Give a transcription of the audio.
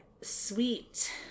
Sweet